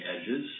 edges